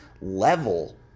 level